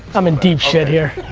i'm in deep shit here.